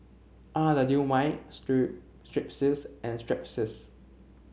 Strepsils and Strepsils